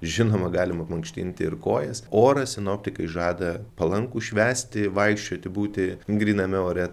žinoma galima mankštinti ir kojas orą sinoptikai žada palankų švęsti vaikščioti būti gryname ore